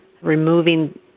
removing